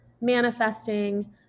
manifesting